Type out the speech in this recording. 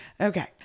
Okay